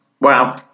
wow